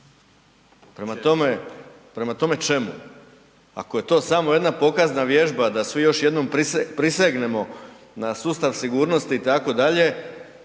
Prema tome, čemu? Ako je to samo jedna pokazna vježba da svi još jednom prisegnemo na sustav sigurnosti itd.,